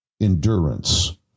endurance